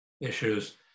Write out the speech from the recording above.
issues